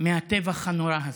מהטבח הנורא הזה.